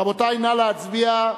רבותי, נא להצביע.